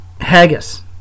haggis